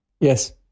Yes